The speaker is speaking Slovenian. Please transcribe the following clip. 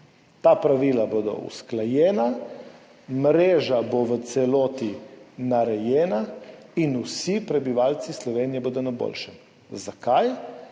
Ta pravila bodo usklajena, mreža bo v celoti narejena in vsi prebivalci Slovenije bodo na boljšem. Zakaj?